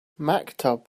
maktub